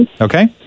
okay